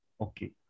okay